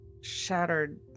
shattered